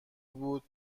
بود